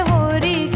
Hori